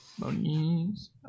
Monies